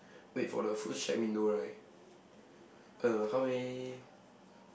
wait for the food shack window right uh how many